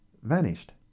vanished